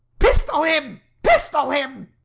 pistol him, pistol him.